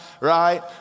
right